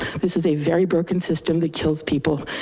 this is a very broken system that kills people.